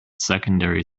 secondary